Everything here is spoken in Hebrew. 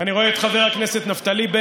אני רואה את חבר הכנסת בנט,